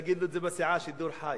הוא יגיד את זה בסיעה בשידור חי.